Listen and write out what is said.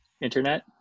internet